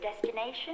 destination